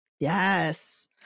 Yes